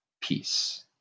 peace